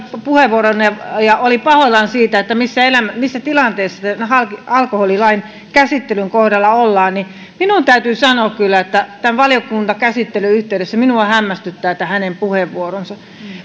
tuossa käytti puheenvuoron ja oli pahoillaan siitä missä tilanteessa tämän alkoholilain käsittelyn kohdalla ollaan niin niin minun täytyy kyllä sanoa että tämän valiokuntakäsittelyn yhteydessä minua hämmästyttää tämä hänen puheenvuoronsa